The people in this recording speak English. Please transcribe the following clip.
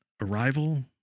arrival